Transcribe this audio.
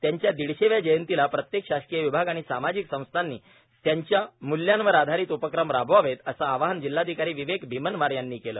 त्यांच्या दिडशेव्या जयंतीला प्रत्येक शासकीय विभाग आणि सामाजिक संस्थांनी त्यांच्या मूल्यांवर आधारित उपक्रम राबवावेतर असं आवाहन जिल्हाधिकारी विवेक भिमनवार यांनी केलं